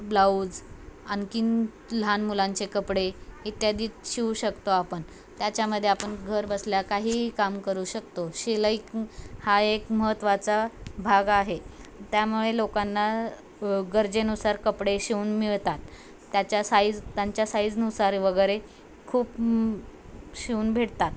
blouse आणखीन लहान मुलांचे कपडे इत्यादी शिव शकतो आपण त्याच्यामध्ये आपण घर बसल्या काही काम करू शकतो शिलाई हा एक महत्त्वाचा भाग आहे त्यामुळे लोकांना गरजेनुसार कपडे शिवून मिळतात त्याच्या साईज त्यांच्या साईजनुसार वगैरे खूप शिवून भेटतात